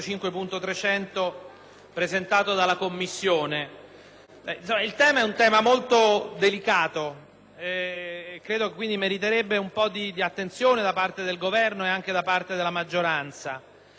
e meriterebbe un po' di attenzione da parte del Governo e della maggioranza. Sostanzialmente, con questo emendamento presentato dalla Commissione si concede una proroga